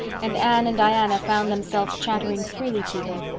and anne and diana found themselves chattering freely to her.